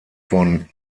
von